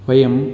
वयं